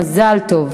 מזל טוב.